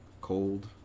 cold